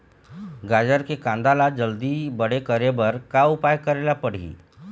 गाजर के कांदा ला जल्दी बड़े करे बर का उपाय करेला पढ़िही?